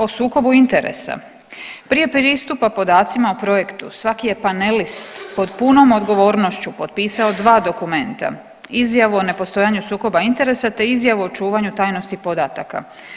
O sukobu interesa, prije pristupa podacima o projektu svaki je panelist pod punom odgovornošću potpisao 2 dokumenta, izjavu o nepostojanu sukoba interesa te izjavu o čuvanju tajnosti podataka.